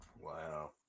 Wow